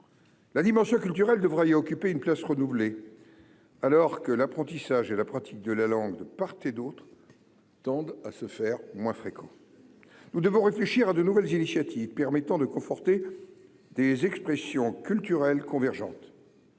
la dimension culturelle devrait y occuper une place renouvelé, alors que l'apprentissage et la pratique de la langue de part et d'autre, tendent à se faire moins fréquent, nous devons réfléchir à de nouvelles initiatives permettant de conforter des expressions culturelles convergentes.